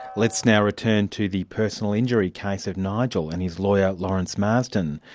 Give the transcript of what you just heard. let's now return to the personal injury case of nigel, and his lawyer lawrence marsden.